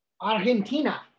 argentina